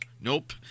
nope